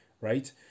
right